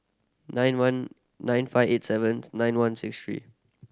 nine one nine five eight seven nine one six three